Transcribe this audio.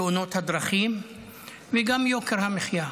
תאונות הדרכים וגם יוקר המחיה,